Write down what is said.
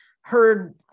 heard